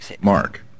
Mark